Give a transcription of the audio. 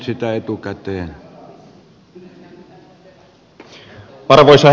arvoisa herra puhemies